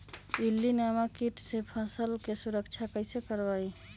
इल्ली नामक किट से फसल के सुरक्षा कैसे करवाईं?